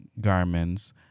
garments